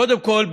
קודם כול,